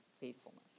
faithfulness